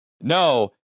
no